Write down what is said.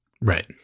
right